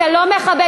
אתה לא מכבד,